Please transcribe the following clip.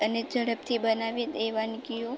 અને ઝડપથી બનાવી એ વાનગીઓ